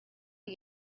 you